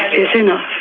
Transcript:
is enough,